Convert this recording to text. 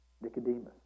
Nicodemus